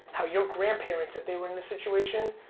how your grandparents if they were in this situation,